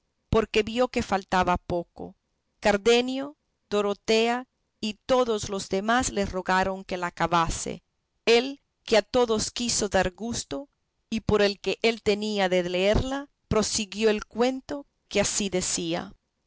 porque vio que faltaba poco cardenio dorotea y todos los demás le rogaron la acabase él que a todos quiso dar gusto y por el que él tenía de leerla prosiguió el cuento que así decía